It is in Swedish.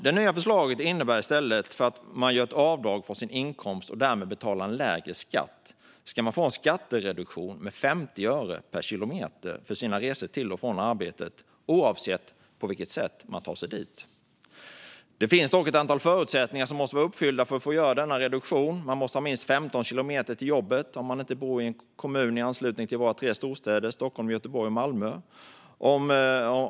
Det nya förslaget innebär, fru talman, att man i stället för att göra ett avdrag från sin inkomst och därmed betala en lägre skatt ska få en skattereduktion med 50 öre per kilometer för sina resor till och från arbetet, oavsett på vilket sätt man tar sig dit. Det finns dock ett antal förutsättningar som måste vara uppfyllda för att man ska få göra denna reduktion. Man måste ha minst 15 kilometer till jobbet om man inte bor i en kommun i anslutning till någon av våra tre storstäder Stockholm, Göteborg och Malmö.